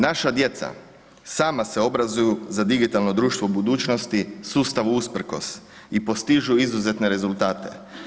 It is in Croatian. Naša djeca sama se obrazuju za digitalno društvo budućnosti sustavu usprkos i postižu izuzetne rezultate.